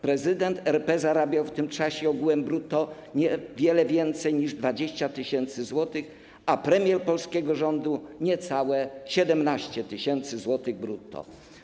Prezydent RP zarabiał w tym czasie ogółem brutto niewiele więcej niż 20 tys. zł, a premier polskiego rządu - niecałe 17 tys. zł brutto.